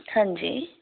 ਹਾਂਜੀ